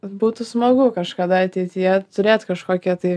būtų smagu kažkada ateityje turėt kažkokią tai